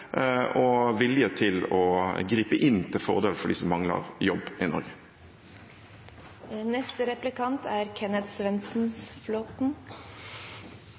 og vilje til å gripe inn til fordel for dem som mangler jobb i Norge. Jeg skal ikke oppfordre Lysbakken til å drømme. Jeg tror det er